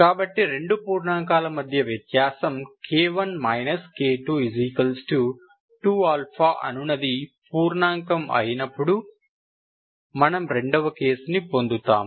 కాబట్టి రెండు పూర్ణాంకాల మధ్య వ్యత్యాసం k1 k22α అనునది పూర్ణాంకం అయినప్పుడు మనము రెండవ కేసును పొందుతాము